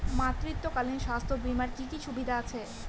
মাতৃত্বকালীন স্বাস্থ্য বীমার কি কি সুবিধে আছে?